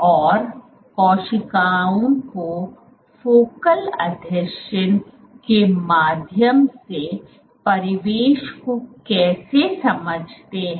और कोशिकाओं को फोकल आसंजन के माध्यम से परिवेश को कैसे समझते हैं